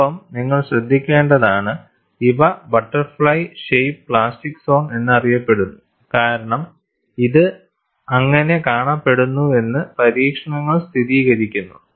ഒപ്പം നിങ്ങൾ ശ്രദ്ധിക്കേണ്ടതാണ് ഇവ ബട്ടർഫ്ളൈ ഷേപ്പ് പ്ലാസ്റ്റിക് സോൺ എന്നറിയപ്പെടുന്നു കാരണം ഇത് അങ്ങനെ കാണപ്പെടുന്നുവെന്ന് പരീക്ഷണങ്ങൾ സ്ഥിരീകരിക്കുന്നു